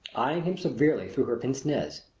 him severely through her pince-nez.